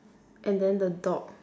and then the dog